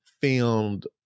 filmed